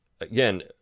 Again